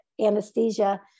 anesthesia